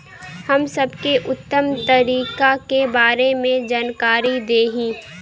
हम सबके उत्तम तरीका के बारे में जानकारी देही?